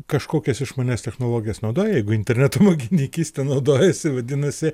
kažkokias išmanias technologijas naudoja jeigu interneto bankininkyste naudojasi vadinasi